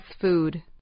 food